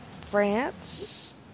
France